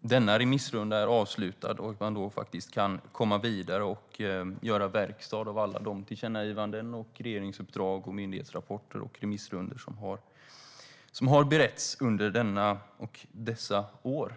denna remissrunda är avslutad och man kan komma vidare och göra verkstad av de tillkännagivanden, regeringsuppdrag, myndighetsrapporter och remissyttranden som har beretts under dessa år.